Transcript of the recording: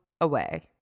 away